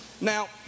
Now